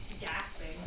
gasping